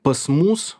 pas mus